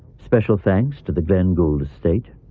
special thanks to the glenn gould estate,